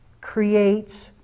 creates